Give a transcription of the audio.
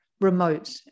remote